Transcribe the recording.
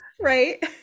right